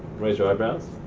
raise your eyebrows.